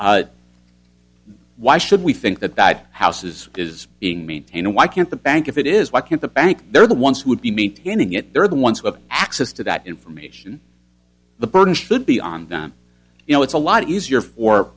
note why should we think that that house is is being maintained why can't the bank if it is why can't the banks they're the ones who would be maintaining it they're the ones who have access to that information the burden should be on them you know it's a lot easier for